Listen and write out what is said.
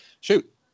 Shoot